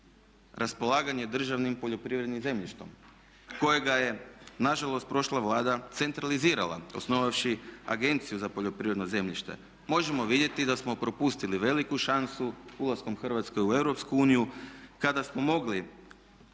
raspolaganje državnim poljoprivrednim zemljištem kojega je nažalost prošla Vlada centralizirala osnovavši Agenciju za poljoprivredno zemljište. Možemo vidjeti da smo propustili veliku šansu ulaskom Hrvatske u EU kada smo mogli